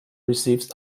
receives